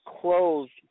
closed